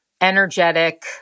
energetic